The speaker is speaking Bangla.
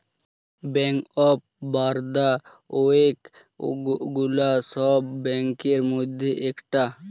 ব্যাঙ্ক অফ বারদা ওলেক গুলা সব ব্যাংকের মধ্যে ইকটা